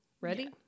Ready